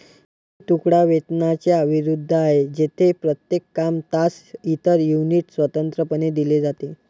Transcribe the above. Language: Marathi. हे तुकडा वेतनाच्या विरुद्ध आहे, जेथे प्रत्येक काम, तास, इतर युनिट स्वतंत्रपणे दिले जाते